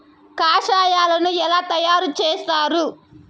కషాయాలను ఎలా తయారు చేస్తారు?